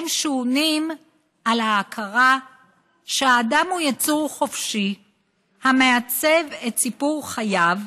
הם שעונים על ההכרה שהאדם הוא יצור חופשי שמעצב את סיפור חייו",